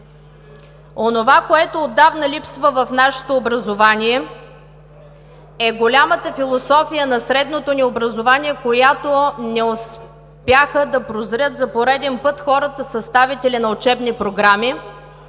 Онова, което отдавна липсва в нашето образование, е голямата философия на средното ни образование, която не успяха да прозрат за пореден път хората, съставители на учебни програми,